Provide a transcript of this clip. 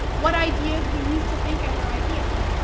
what ideas we use to think other ideas,